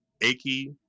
achy